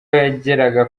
yageraga